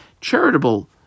charitable